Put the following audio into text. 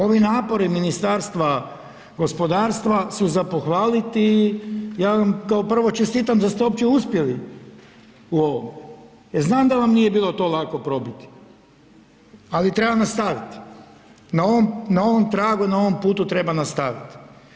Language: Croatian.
Ovi napori Ministarstva gospodarstva su za pohvaliti, ja vam kao prvo čestitam da ste uopće uspjeli u ovom jel znam da vam to nije bilo lako probiti, ali treba nastaviti na ovom tragu, na ovom putu treba nastaviti.